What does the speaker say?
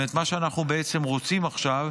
זאת אומרת: מה שאנחנו רוצים עכשיו,